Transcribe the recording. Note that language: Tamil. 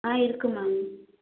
ஆ இருக்குது மேம்